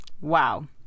Wow